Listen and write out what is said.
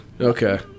okay